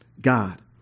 God